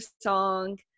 song